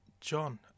John